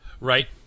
right